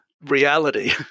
reality